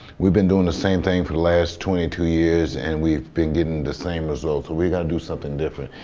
we've been doing the same thing for the last twenty two years and we've been getting the same results. so we got to do something different.